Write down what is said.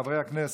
חברי הכנסת,